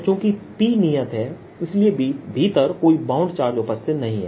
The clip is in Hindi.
चूँकिPनियत है इसलिए भीतर कोई बाउंड चार्ज उपस्थित नहीं है